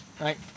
right